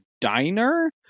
diner